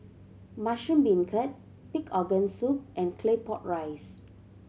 mushroom beancurd pig organ soup and Claypot Rice